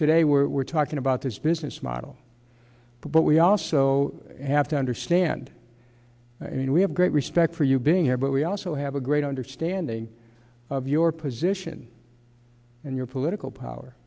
today we're talking about this business model but we also have to understand i mean we have great respect for you being here but we also have a great understanding of your position and your political